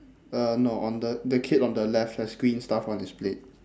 uh no on the the kid on the left has green stuff on his plate